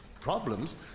problems